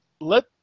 let